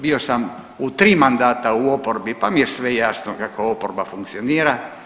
Bio sam u tri mandata u oporbi, pa mi je sve jasno kako oporba funkcionira.